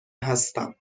هستم